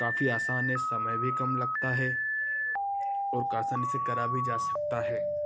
काफी आसान है समय भी कम लगता है और आसानी से करा भी जा सकता है